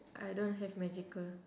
I don't have magical